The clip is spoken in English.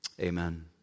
Amen